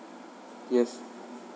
yes